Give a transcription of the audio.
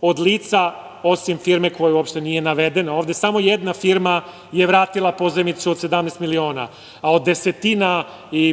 od lica, osim firme koja uopšte nije navedena ovde, samo jedna firma je vratila pozajmicu od 17 miliona, a od desetina,